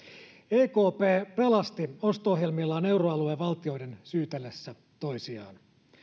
ekp pelasti osto ohjelmillaan euroalueen valtioiden syytellessä toisiaan